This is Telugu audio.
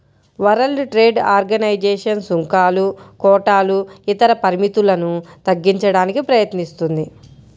వరల్డ్ ట్రేడ్ ఆర్గనైజేషన్ సుంకాలు, కోటాలు ఇతర పరిమితులను తగ్గించడానికి ప్రయత్నిస్తుంది